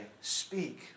speak